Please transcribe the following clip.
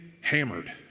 hammered